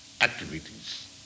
activities